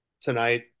tonight